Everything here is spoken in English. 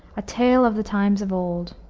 a tale of the times of old!